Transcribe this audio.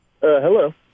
Hello